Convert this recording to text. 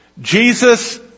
Jesus